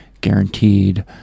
Guaranteed